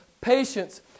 patience